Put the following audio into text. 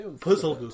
Puzzle